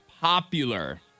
popular